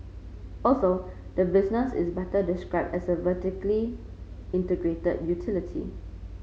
also the business is better described as a vertically integrated utility